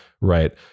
right